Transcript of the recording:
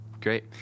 Great